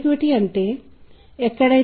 స్థాయి అంటే ఏమిటి